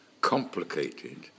complicated